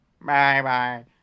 Bye-bye